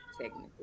technically